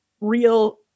real